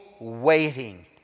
waiting